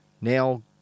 now